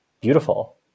beautiful